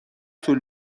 طول